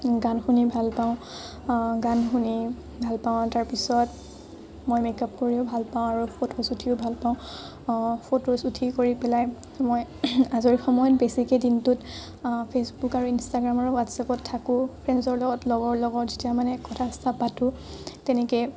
গান শুনি ভাল পাওঁ গান শুনি ভাল পাওঁ তাৰপিছত মই মেকআপ কৰিও ভাল পাওঁ আৰু ফটোজ উঠিও ভাল পাওঁ ফটোজ উঠি কৰি পেলাই মই আজৰি সময়ত বেছিকৈ দিনটোত ফেচবুক আৰু ইঞ্চটাগ্ৰাম আৰু হোৱাটচআপত থাকোঁ ফ্ৰেইণ্ডচৰ লগত লগৰ লগত যেতিয়া মানে কথা চথা পাতোঁ তেনেকৈ